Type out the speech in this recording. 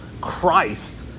Christ